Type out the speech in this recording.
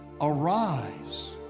arise